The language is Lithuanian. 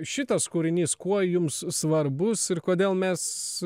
šitas kūrinys kuo jums svarbus ir kodėl mes